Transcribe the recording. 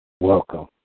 Welcome